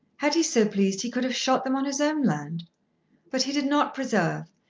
had he so pleased he could have shot them on his own land but he did not preserve,